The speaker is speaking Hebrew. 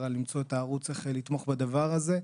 על למצוא את הערוץ איך לתמוך בדבר הזה.